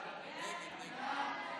ההצעה להעביר את הצעת חוק איסור